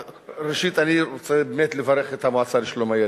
ראשית, אני רוצה לברך את המועצה לשלום הילד.